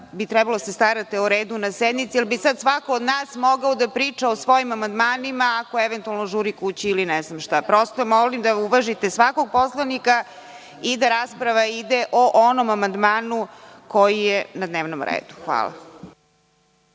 bi trebalo da se starate o redu na sednici jer bi sada svako od nas mogao da priča o svojim amandmanima ako eventualno žuri kući ili ne znam šta. Molim da uvažite svakog poslanika i da rasprava ide o onom amandmanu koji je na dnevnom redu. Hvala.